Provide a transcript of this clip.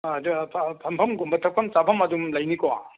ꯑꯗ ꯐꯝꯐꯝꯒꯨꯝꯕ ꯊꯛꯐꯝ ꯆꯥꯚꯝ ꯑꯗꯨꯝ ꯂꯩꯅꯤꯀꯣ